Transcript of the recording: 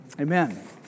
Amen